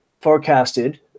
forecasted